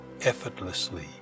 effortlessly